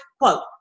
Quote